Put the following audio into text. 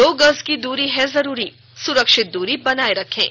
दो गज की दूरी है जरूरी सुरक्षित दूरी बनाए रखें